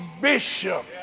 bishop